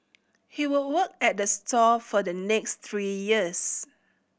he would work at the store for the next three years